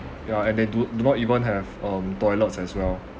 yeah and they do not even have um toilets as well